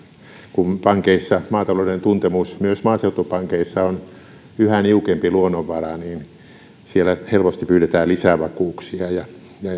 kun pankeissa maatalouden tuntemus myös maaseutupankeissa on yhä niukempi luonnonvara niin siellä helposti pyydetään lisävakuuksia ja